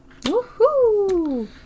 Woohoo